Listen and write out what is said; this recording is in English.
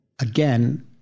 again